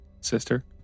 sister